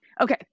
Okay